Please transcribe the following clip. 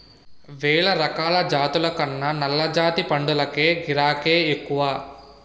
వేలరకాల జాతుల కన్నా నల్లజాతి పందులకే గిరాకే ఎక్కువ